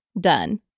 done